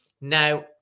now